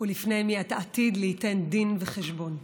ולפני מי אתה עתיד ליתן דין וחשבון".